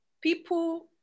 people